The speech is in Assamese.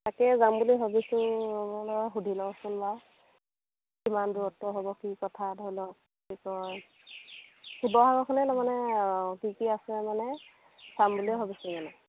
তাকে যাম বুলি ভাবিছোঁ মই বোলো সুধি লওঁচোন বাৰু কিমান দূৰত্ব হ'ব কি কথা ধৰি লওক কি কয় শিৱসাগৰখনে তাৰমানে কি কি আছে মানে চাম বুলিয়ে ভাবিছোঁ মানে